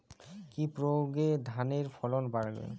কি প্রয়গে ধানের ফলন বাড়বে?